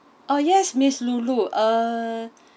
oh yes miss lulu uh